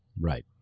Right